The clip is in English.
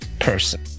person